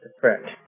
Correct